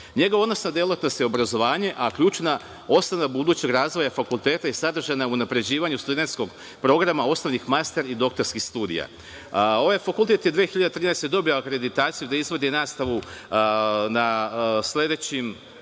Njegova osnovna delatnost je obrazovanje, a ključna osnova budućeg razvoja fakulteta je sadržana u unapređivanju studenskog programa, osnovnih master i doktorskih studija. Ovaj fakultet je 2013. godine dobio akreditaciju da izvodi nastavu na sledećim